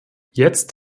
jetzt